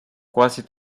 quasi